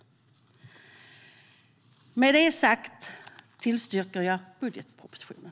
Med det sagt tillstyrker jag budgetpropositionen.